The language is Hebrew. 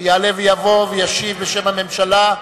יעלה ויבוא וישיב בשם הממשלה.